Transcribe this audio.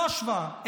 לא השוואה,